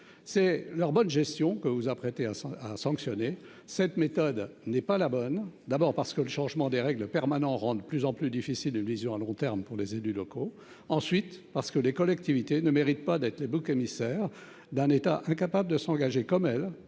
c'est leur bonne gestion que vous vous apprêtez à cent, à sanctionner cette méthode n'est pas la bonne, d'abord parce que le changement des règles permanent rend de plus en plus difficile une vision à long terme pour les élus locaux, ensuite parce que les collectivités ne mérite pas d'être les boucs émissaires d'un État incapable de s'engager, comme elle